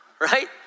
right